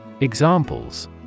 Examples